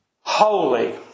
holy